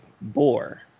Boar